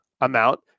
amount